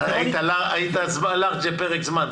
היית נדיב לפרק זמן.